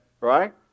Right